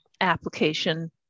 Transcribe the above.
application